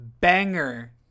banger